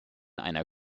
einer